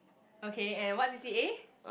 okay and what C_C_A